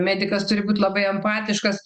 medikas turi būt labai empatiškas